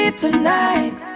tonight